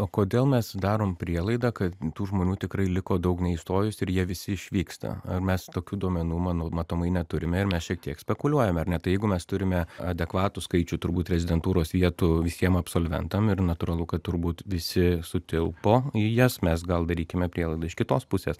o kodėl mes darom prielaidą kad tų žmonių tikrai liko daug neįstojus ir jie visi išvyksta a mes tokių duomenų manau matomai neturime ir mes šiek tiek spekuliuojame ar ne tai jeigu mes turime adekvatų skaičių turbūt rezidentūros vietų visiem absolventam ir natūralu kad turbūt visi sutilpo į jas mes gal darykime prielaidą iš kitos pusės